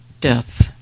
death